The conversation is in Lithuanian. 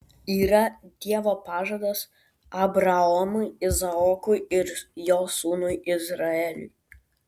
yra dievo pažadas abraomui izaokui ir jo sūnui izraeliui